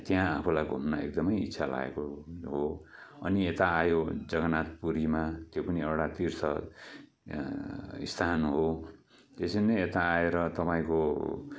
त्यहाँ आफूलाई घुम्न एकदमै इच्छा लागेको हो अनि यता आयो जगनाथ पुरी त्यो पनि एउटा तीर्थ स्थान हो त्यसरी नै यता आएर तपाईँको